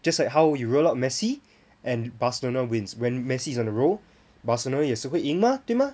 just like how you roll out messi and Barcelona wins when messi is on a roll Barcelona 也是会赢吗对吗